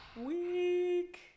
Week